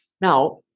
Now